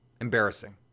Embarrassing